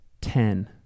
Ten